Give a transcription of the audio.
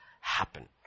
happen